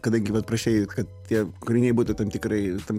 kadangi vat prašei kad tie kūriniai būtų tam tikrai tam